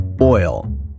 Oil